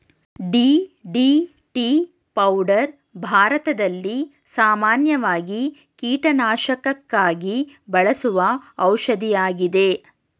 DDT powder ಭಾರತದಲ್ಲಿ ಸಾಮಾನ್ಯವಾಗಿ ಕೀಟನಾಶಕಕ್ಕಾಗಿ ಬಳಸುವ ಔಷಧಿಯಾಗಿದೆ